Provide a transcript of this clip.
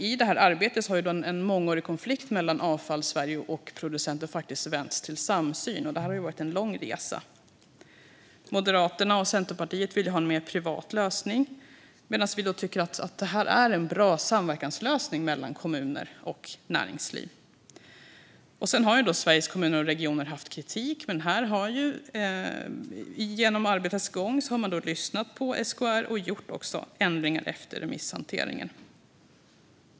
I arbetet har en mångårig konflikt mellan Avfall Sverige och producenter vänts till samsyn. Och det har varit en lång resa. Moderaterna och Centerpartiet vill ha en mer privat lösning, medan vi tycker att det är en bra samverkanslösning mellan kommuner och näringsliv. Sveriges Kommuner och Regioner har framfört kritik, men genom arbetets gång har man lyssnat på SKR och gjort ändringar efter remisshanteringen.